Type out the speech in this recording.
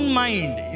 mind